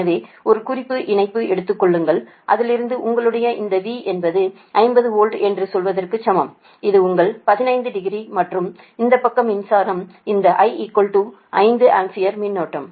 எனவே ஒரு குறிப்பு இணைப்பை எடுத்துக் கொள்ளுங்கள் அதிலிருந்து உங்களுடைய இந்த V என்பது 50 வோல்ட் என்று சொல்வதற்கு சமம் இது உங்கள் 15 டிகிரி மற்றும் இந்த பக்கம் மின்சாரம் இந்த I 5 ஆம்பியர் மின்னோட்டம்